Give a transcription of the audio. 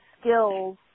skills